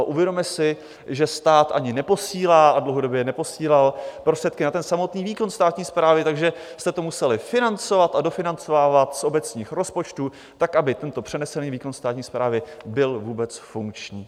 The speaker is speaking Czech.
Uvědomme si, že stát ani neposílá a dlouhodobě neposílal prostředky na samotný výkon státní správy, takže jste to museli financovat a dofinancovávat z obecních rozpočtů tak, aby tento přenesený výkon státní správy byl vůbec funkční.